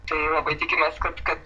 tai labai tikimės kad kad